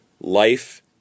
life